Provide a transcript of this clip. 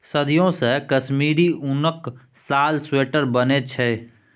सदियों सँ कश्मीरी उनक साल, स्वेटर बनै छै